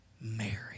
Mary